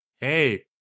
Hey